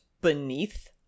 beneath